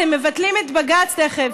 אתם מבטלים את בג"ץ תכף.